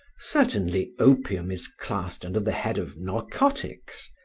certainly opium is classed under the head of narcotics,